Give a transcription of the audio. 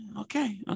okay